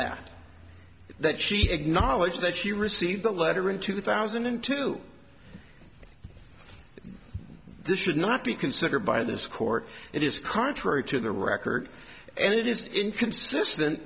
that that she acknowledges that she received a letter in two thousand and two this would not be considered by this court it is contrary to the record and it is inconsistent